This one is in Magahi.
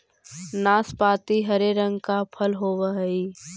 नाशपाती हरे रंग का फल होवअ हई